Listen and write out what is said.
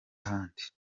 ahandi